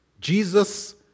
Jesus